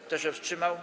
Kto się wstrzymał?